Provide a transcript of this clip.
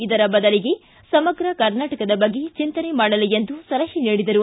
ಇದರ ಬದಲಿಗೆ ಸಮಗ್ರ ಕರ್ನಾಟಕದ ಬಗ್ಗೆ ಚಿಂತನೆ ಮಾಡಲಿ ಎಂದು ಸಲಹೆ ನೀಡಿದರು